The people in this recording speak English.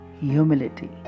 humility